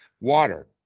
water